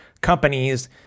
companies